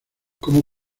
como